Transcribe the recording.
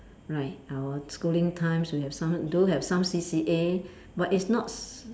right our schooling times we have some do have some C_C_A but it's not s~